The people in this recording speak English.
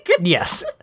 Yes